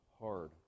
hard